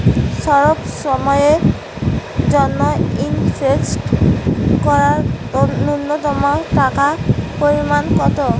স্বল্প সময়ের জন্য ইনভেস্ট করার নূন্যতম টাকার পরিমাণ কত?